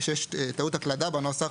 יש טעות הקלדה בנוסח,